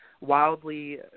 wildly